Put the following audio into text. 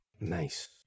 Nice